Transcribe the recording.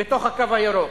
לאנשים בתוך "הקו הירוק"?